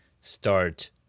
start